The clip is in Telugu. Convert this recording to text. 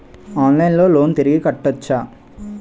ఆన్లైన్లో లోన్ తిరిగి కట్టోచ్చా?